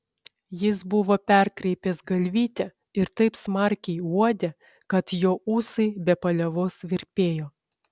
jis buvo perkreipęs galvytę ir taip smarkiai uodė kad jo ūsai be paliovos virpėjo